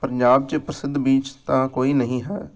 ਪੰਜਾਬ ਵਿੱਚ ਪ੍ਰਸਿੱਧ ਬੀਚ ਤਾਂ ਕੋਈ ਨਹੀਂ ਹੈ